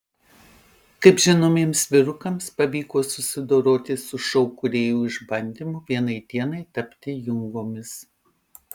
kaip žinomiems vyrukams pavyko susidoroti su šou kūrėjų išbandymu vienai dienai tapti jungomis